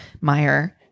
Meyer